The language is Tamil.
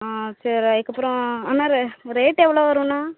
ஆ சரி அதுக்கப்பறம் அண்ணா ரேட்டு எவ்வளோ வரும்ணா